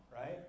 right